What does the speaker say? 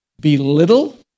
belittle